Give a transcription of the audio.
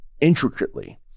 intricately